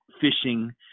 fishing